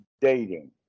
dating